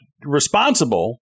responsible